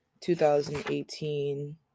2018